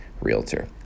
realtor